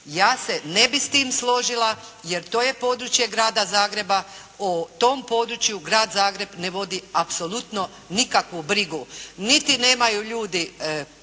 Ja se ne bih s time složila jer to je područje grada Zagreba. O tom području grad Zagreb ne vodi apsolutno nikakvu brigu. Niti nemaju ljudi